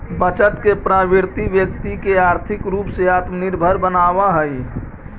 बचत के प्रवृत्ति व्यक्ति के आर्थिक रूप से आत्मनिर्भर बनावऽ हई